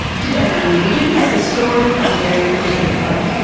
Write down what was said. today on rear vision, the story of a very different pope.